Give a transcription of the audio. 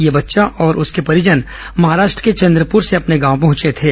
यह बच्चा और उसके परिजन महाराष्ट के चंद्रपुर से अपने गांव पहुंचे थे